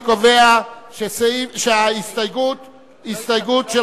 אני קובע שההסתייגות של